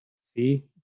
see